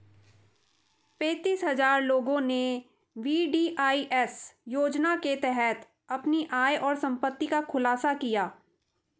पेंतीस हजार लोगों ने वी.डी.आई.एस योजना के तहत अपनी आय और संपत्ति का खुलासा किया